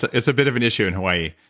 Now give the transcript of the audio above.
ah it's a bit of an issue in hawaii.